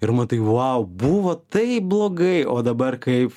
ir matai vau buvo taip blogai o dabar kaip